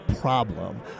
problem